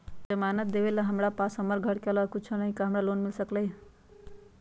जमानत देवेला हमरा पास हमर घर के अलावा कुछो न ही का हमरा लोन मिल सकई ह?